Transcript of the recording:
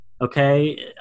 okay